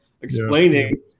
explaining